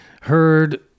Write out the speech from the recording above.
heard